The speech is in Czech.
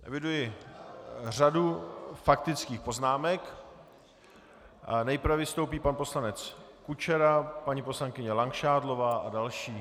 Eviduji řadu faktických poznámek a nejprve vystoupí pan poslanec Kučera, paní poslankyně Langšádlová a další.